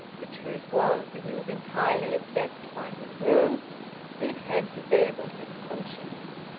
the truth was that he was entirely obsessed by his room it had disabled his conscience.